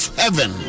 heaven